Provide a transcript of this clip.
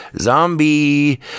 zombie